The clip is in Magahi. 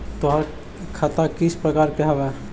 तोहार खता किस प्रकार के हवअ